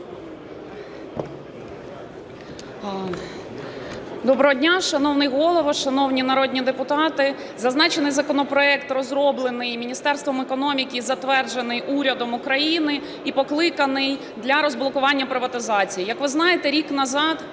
Доброго дня, шановний Голово, шановні народні депутати! Зазначений законопроект розроблений Міністерством економіки і затверджений урядом України і покликаний для розблокування приватизації.